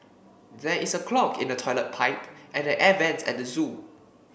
there is a clog in the toilet pipe and the air vents at the zoo